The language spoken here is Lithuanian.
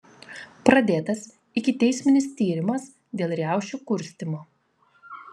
pradėtas ikiteisminis tyrimas dėl riaušių kurstymo